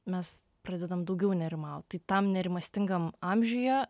mes pradedam daugiau nerimaut tai tam nerimastingam amžiuje